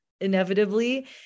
inevitably